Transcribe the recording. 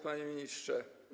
Panie Ministrze!